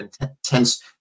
intense